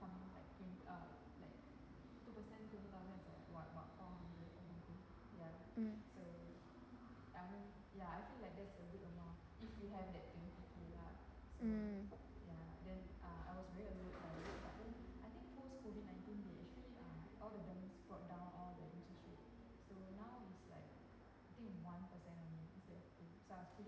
mm mm